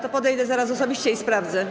To podejdę zaraz osobiście i sprawdzę.